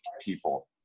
people